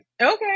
okay